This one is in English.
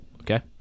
okay